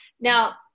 Now